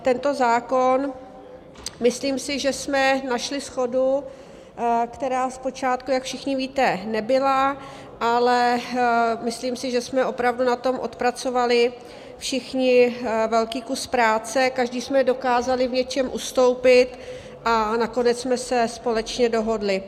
Tento zákon myslím si, že jsme našli shodu, která zpočátku, jak všichni víte, nebyla, ale myslím, že jsme opravdu na tom odpracovali všichni velký kus práce, každý jsme dokázali v něčem ustoupit a nakonec jsme se společně dohodli.